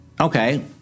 Okay